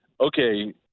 okay